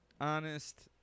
honest